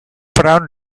brown